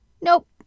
Nope